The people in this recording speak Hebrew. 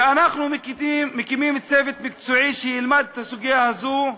ואנחנו מקימים צוות מקצועי שילמד את הסוגיה הזו,